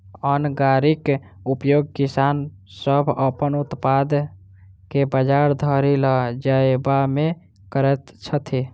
अन्न गाड़ीक उपयोग किसान सभ अपन उत्पाद के बजार धरि ल जायबामे करैत छथि